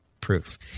proof